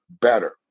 better